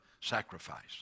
sacrifice